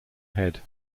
head